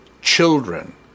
children